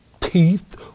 teeth